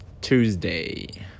Tuesday